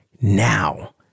Now